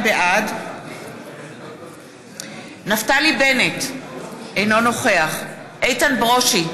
בעד נפתלי בנט, אינו נוכח איתן ברושי,